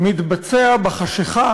מתבצע בחשכה